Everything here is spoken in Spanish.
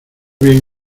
bien